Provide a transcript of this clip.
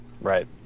right